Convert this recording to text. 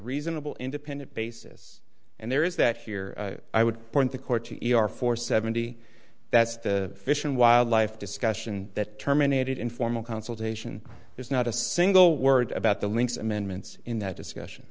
reasonable independent basis and there is that here i would point the court to e r for seventy that's the fish and wildlife discussion that terminated informal consultation there's not a single word about the links amendments in that discussion